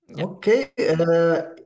Okay